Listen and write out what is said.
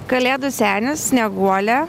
kalėdų senis snieguolė